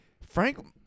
Frank